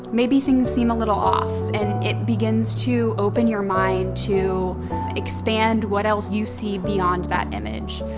maybe things seem a little off. and it begins to open your mind to expand what else you see beyond that image.